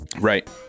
right